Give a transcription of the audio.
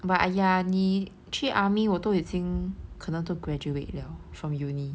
but !aiya! 你去 army 我都已经可能都 graduate liao from uni